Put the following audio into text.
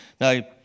Now